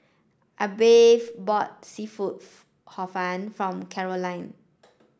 Abbey bought seafood Hor Fun for Caroline